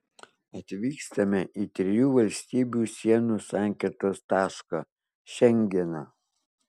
atvykstame į trijų valstybių sienų sankirtos tašką šengeną